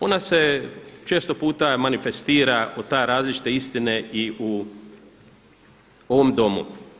Ona se često puta manifestira o ta različite istine i u ovom Domu.